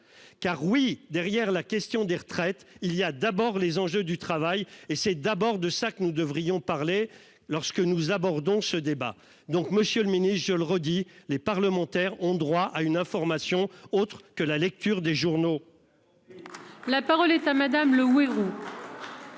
car oui derrière la question des retraites, il y a d'abord les enjeux du travail et c'est d'abord de sacs nous devrions parler lorsque nous abordons ce débat donc Monsieur le Ministre, je le redis, les parlementaires ont droit à une information autre que la lecture des journaux. La parole est à madame le oui.